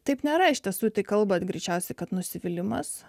taip nėra iš tiesų tai kalbate greičiausiai kad nusivylimas